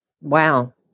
Wow